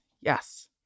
yes